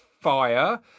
fire